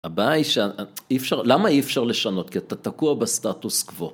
הבעיה היא ש... אי-אפשר, למה אי אפשר לשנות? כי אתה תקוע בסטטוס קוו.